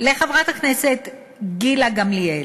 לחברת הכנסת גילה גמליאל,